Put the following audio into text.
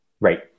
Right